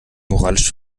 moralisch